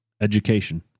Education